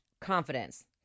confidence